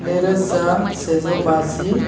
नै रोजा सेजौ बाजि